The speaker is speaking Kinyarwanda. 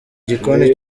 gikoni